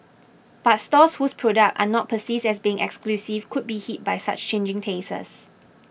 but stores whose products are not perceived as being exclusive could be hit by such changing tastes